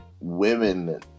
women